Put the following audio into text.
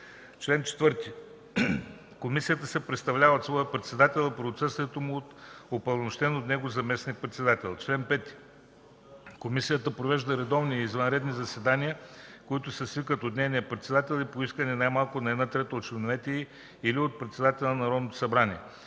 Чл. 4. Комисията се представлява от своя председател, а при отсъствието му – от упълномощен от него заместник-председател. Чл. 5. Комисията провежда редовни и извънредни заседания, които се свикват от нейния председател и по искане най-малко на една трета от членовете й, или на председателя на Народното събрание.